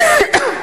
חברים